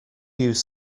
use